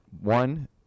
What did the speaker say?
one